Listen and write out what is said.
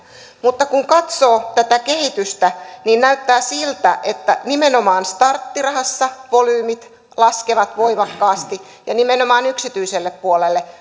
mutta kun katsoo tätä kehitystä niin näyttää siltä että nimenomaan starttirahassa volyymit laskevat voimakkaasti ja nimenomaan yksityiselle puolelle